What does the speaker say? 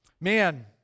Man